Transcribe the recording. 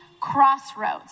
crossroads